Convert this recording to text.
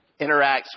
interacts